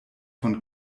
von